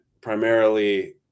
primarily